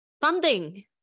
funding